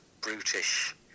brutish